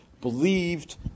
believed